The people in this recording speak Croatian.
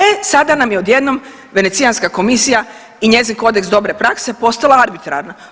E sada nam je odjednom Venecijanska komisija i njezin kodeks dobre prakse postala arbitrarna.